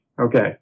Okay